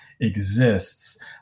exists